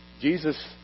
Jesus